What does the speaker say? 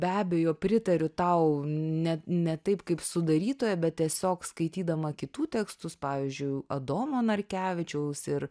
be abejo pritariu tau ne ne taip kaip sudarytoja bet tiesiog skaitydama kitų tekstus pavyzdžiui adomo narkevičiaus ir